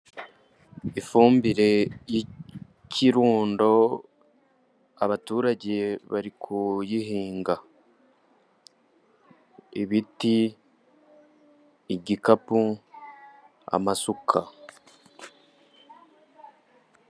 Ifumbire y'ikirundo abaturage bari kuyihinga, ibiti, igikapu, amasuka.